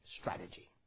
strategy